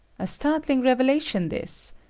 a startling revelation, this.